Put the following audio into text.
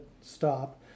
stop